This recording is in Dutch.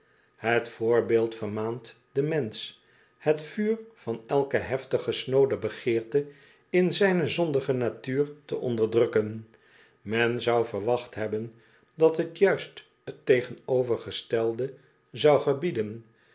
het voorbeeld vermaant den mensen het vuur van elke heftige snoode begeerte in zijne zondige natuur te onderdrukken men zou verwacht hebben dat het juist t tegenovergestelde zou gebieden